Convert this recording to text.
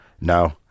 No